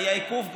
והיה עיכוב גדול,